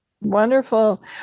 wonderful